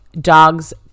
dog's